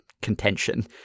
contention